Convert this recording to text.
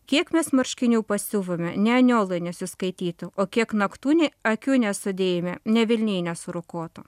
kiek mes marškinių pasiuvome nė aniuolai nesuskaitytų o kiek naktų nė akių nesudėjome nė velniai nesurokuotų